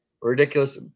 ridiculous